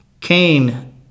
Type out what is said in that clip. Cain